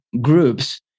groups